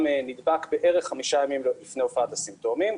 נדבק בערך חמישה ימים לפני הופעת הסימפטומים,